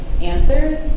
answers